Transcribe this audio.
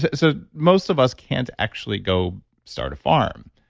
so, most of us can't actually go start a farm,